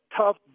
tough